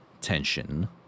tension